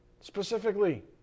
Specifically